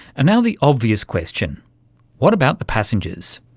and now the obvious question what about the passengers?